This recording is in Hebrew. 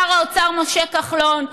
שר האוצר משה כחלון,